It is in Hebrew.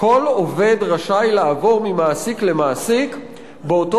"כל עובד רשאי לעבור ממעסיק למעסיק באותו